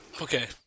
Okay